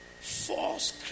false